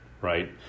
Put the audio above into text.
right